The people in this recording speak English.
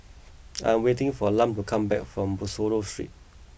I am waiting for Lum to come back from Bussorah Street